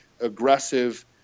aggressive